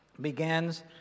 begins